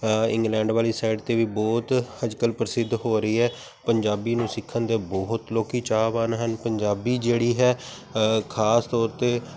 England ਵਾਲੀ side 'ਤੇ ਵੀ ਬਹੁਤ ਅੱਜ ਕੱਲ੍ਹ ਪ੍ਰਸਿੱਧ ਹੋ ਰਹੀ ਹੈ ਪੰਜਾਬੀ ਨੂੰ ਸਿੱਖਣ ਦੇ ਬਹੁਤ ਲੋਕ ਚਾਹਵਾਨ ਹਨ ਪੰਜਾਬੀ ਜਿਹੜੀ ਹੈ ਖਾਸ ਤੌਰ 'ਤੇ